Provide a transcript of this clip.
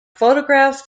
photographs